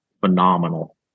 phenomenal